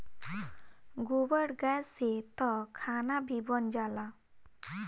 गोबर गैस से तअ खाना भी बन जाला